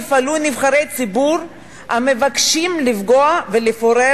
יפעלו נבחרי ציבור המבקשים לפגוע ולפורר